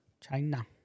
China